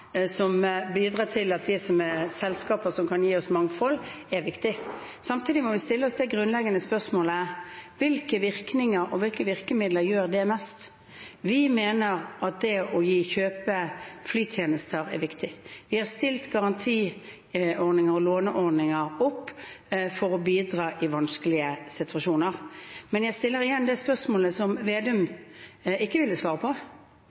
som bidrar til selskaper som kan gi oss mangfold, er viktig. Samtidig må vi stille oss det grunnleggende spørsmålet: Hvilke virkninger og hvilke virkemidler gjør det mest? Vi mener at det å kjøpe flytjenester er viktig. Vi har stilt opp med garantiordninger og låneordninger for å bidra i vanskelige situasjoner. Men jeg stiller igjen det spørsmålet som Slagsvold Vedum ikke ville svare på,